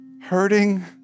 hurting